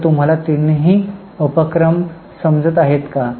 तर तुम्हाला तिन्ही उपक्रम समजतं आहेत का